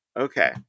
Okay